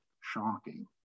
shocking